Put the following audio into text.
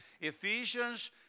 Ephesians